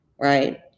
right